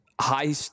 high